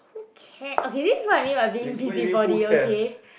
who care okay this is what I mean by being busybody okay